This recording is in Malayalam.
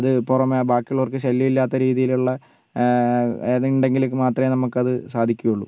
അത് പുറമേ ബാക്കിയുള്ളവർക്ക് ശല്യം ഇല്ലാത്ത രീതിയിലുള്ള അത് ഉണ്ടെങ്കിലൊക്കെ മാത്രമേ നമുക്ക് അത് സാധിക്കുള്ളൂ